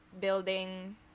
building